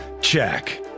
Check